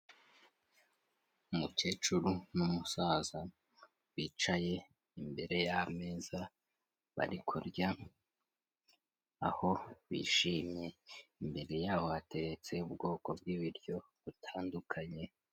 Umukecuru n'umusaza bicaye imbere y'ameza bari kurya aho bishimye, imbere yabo hateretse ubwoko bw'ibiryo butandukanye.